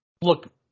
look –